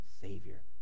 Savior